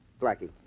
Blackie